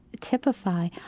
typify